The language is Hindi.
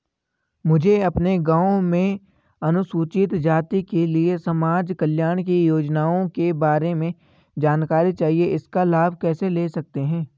मुझे अपने गाँव में अनुसूचित जाति के लिए समाज कल्याण की योजनाओं के बारे में जानकारी चाहिए इसका लाभ कैसे ले सकते हैं?